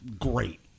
great